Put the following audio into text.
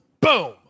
Boom